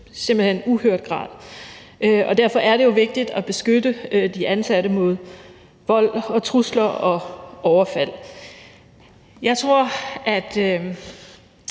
simpelt hen uhørt grad, og derfor er det vigtigt at beskytte de ansatte mod vold, trusler og overfald. Jeg tror, at